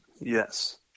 Yes